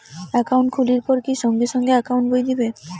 Account খুলির পর কি সঙ্গে সঙ্গে একাউন্ট বই দিবে?